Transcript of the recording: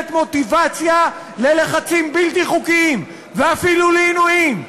מוטיבציה ללחצים בלתי חוקיים ואפילו לעינויים,